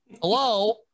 hello